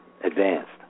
Advanced